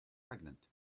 pregnant